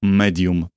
medium